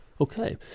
Okay